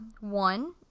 one